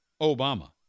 Obama